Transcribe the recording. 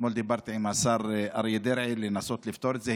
אתמול דיברתי עם השר אריה דרעי כדי לנסות לפתור את זה.